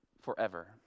forever